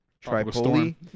Tripoli